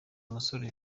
umusore